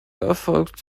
erfolgt